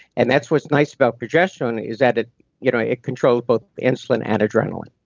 and that's what's nice about progesterone, is that it you know it controls both insulin and adrenaline.